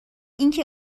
اینکه